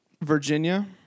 Virginia